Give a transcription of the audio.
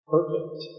Perfect